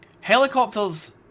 helicopters